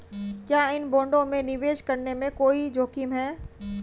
क्या इन बॉन्डों में निवेश करने में कोई जोखिम है?